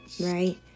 right